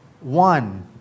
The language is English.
one